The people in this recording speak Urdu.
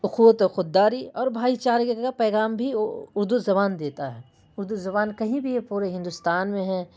اخوت وخود داری اور بھائی چارگی کا پیغام بھی اردو زبان دیتا ہے اردو زبان کہیں بھی پورے ہندوستان میں ہے